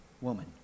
woman